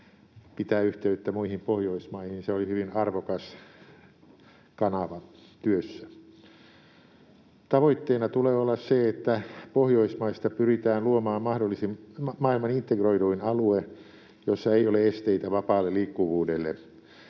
ja yhteydenpito muihin Pohjoismaihin. Se oli hyvin arvokas kanava työssä. Tavoitteena tulee olla se, että Pohjoismaista pyritään luomaan maailman integroiduin alue, jossa ei ole esteitä vapaalle liikkuvuudelle.